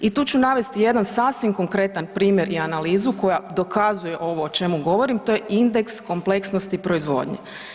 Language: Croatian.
I tu ću navesti jedan sasvim konkretan primjer i analizu koja dokazuje ovo o čemu govorim, to je indeks kompleksnosti proizvodnje.